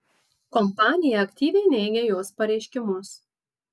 kompanija aktyviai neigia jos pareiškimus